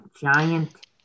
giant